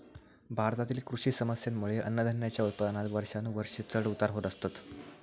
भारतातील कृषी समस्येंमुळे अन्नधान्याच्या उत्पादनात वर्षानुवर्षा चढ उतार होत असतत